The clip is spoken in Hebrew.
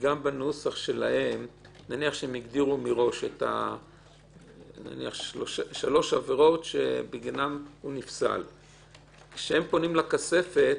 כשהם מגדירים מראש שלוש עבירות שבגינן מועמד ייפסל הכספת